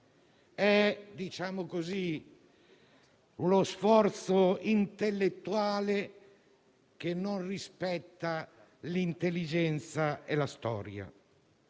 queste cose è uno sforzo intellettuale che non rispetta l'intelligenza e la storia.